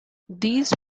these